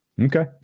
Okay